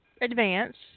advance